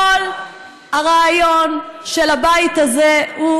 כל הרעיון של הבית הזה הוא